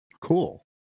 Cool